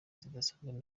zidasanzwe